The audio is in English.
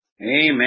Amen